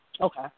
Okay